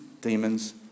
demons